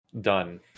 Done